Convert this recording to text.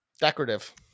Decorative